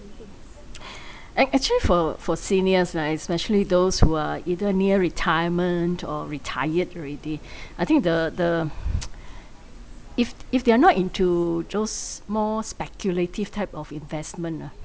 ac~actually for for seniors right especially those who are either near retirement or retired already I think the the if if they're not into those more speculative type of investment ah